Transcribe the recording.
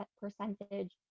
percentage